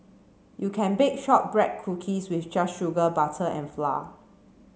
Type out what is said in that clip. you can bake shortbread cookies with just sugar butter and flour